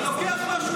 אתה לוקח משהו